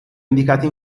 indicati